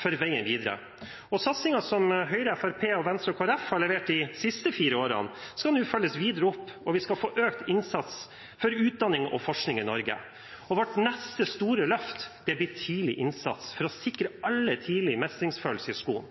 for veien videre. Satsingen som Høyre, Fremskrittspartiet, Venstre og Kristelig Folkeparti har levert de siste fire årene, skal nå følges videre opp, og vi skal få økt innsats for utdanning og forskning i Norge. Vårt neste store løft blir tidlig innsats for å sikre alle tidlig mestringsfølelse i skolen.